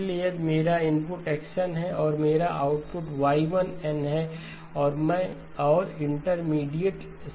इसलिए यदि मेरा इनपुट x n है और मेरा आउटपुट Y1 n है और इंटरमीडिएट संकेत X1 n है